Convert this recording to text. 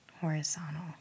horizontal